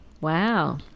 Wow